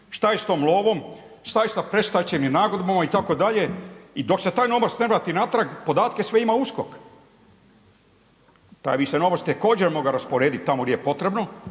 Šta je sa tom lovom? Šta je sa predstečajnim nagodbama itd.? I dok se taj novac ne vrati natrag, podatke sve ima USKOK. Taj bi se novac također mogao rasporediti tamo gdje je potrebno